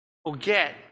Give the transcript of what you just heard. forget